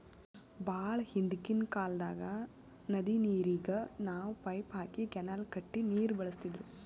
ಭಾಳ್ ಹಿಂದ್ಕಿನ್ ಕಾಲ್ದಾಗ್ ನದಿ ನೀರಿಗ್ ನಾವ್ ಪೈಪ್ ಹಾಕಿ ಕೆನಾಲ್ ಕಟ್ಟಿ ನೀರ್ ಬಳಸ್ತಿದ್ರು